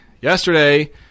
Yesterday